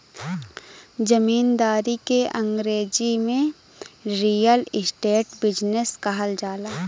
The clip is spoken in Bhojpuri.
जमींदारी के अंगरेजी में रीअल इस्टेट बिजनेस कहल जाला